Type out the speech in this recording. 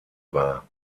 war